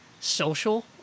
social